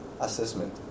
assessment